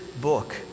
book